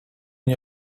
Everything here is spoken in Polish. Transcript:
nie